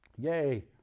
Yay